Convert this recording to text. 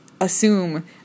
assume